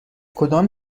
کدام